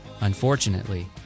Unfortunately